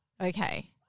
Okay